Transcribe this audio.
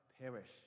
perish